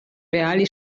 reali